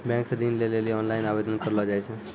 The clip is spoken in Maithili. बैंक से ऋण लै लेली ओनलाइन आवेदन करलो जाय छै